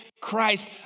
Christ